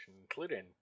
including